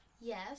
Yes